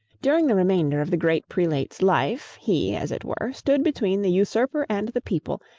during the remainder of the great prelate's life he, as it were, stood between the usurper and the people,